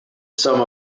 some